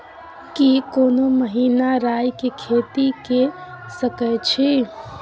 की कोनो महिना राई के खेती के सकैछी?